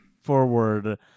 forward